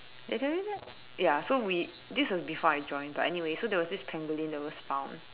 did i tell you that ya so we this was before I joined but anyway so there was this pangolin that was found